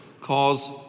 cause